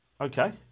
Okay